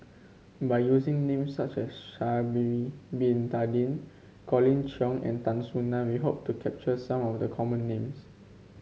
by using names such as Sha'ari Bin Tadin Colin Cheong and Tan Soo Nan we hope to capture some of the common names